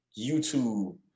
YouTube